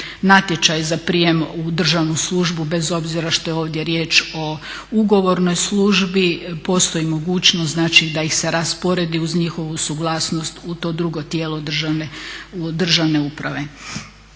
natječaj za prijem u državnu službu. Bez obzira što je ovdje riječ o ugovornoj službi postoji mogućnosti znači da ih se rasporedi uz njihovu suglasnost u to drugo tijelo državne uprave.